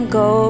go